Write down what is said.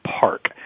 park